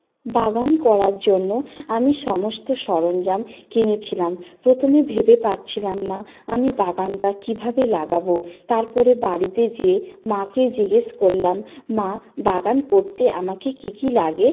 বাগান করার জন্য আমি সমস্ত সরঞ্জাম কিনেছিলাম প্রথমে ভেবে পাচ্ছিলাম না আমি বাগানটা কীভাবে লাগাবো তারপরে বাড়িতে যেয়ে মাকে জিজ্ঞেস করলাম মা বাগান করতে আমাকে কী কী লাগে